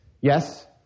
Yes